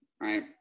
right